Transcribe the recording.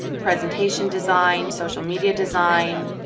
presentation design, social media design,